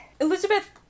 Elizabeth